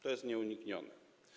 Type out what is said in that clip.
To jest nieuniknione.